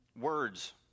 Words